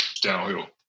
downhill